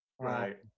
Right